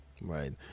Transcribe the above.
Right